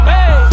Hey